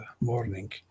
morning